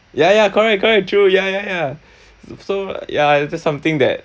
ya ya correct correct true ya ya ya so ya it's just something that